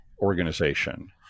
organization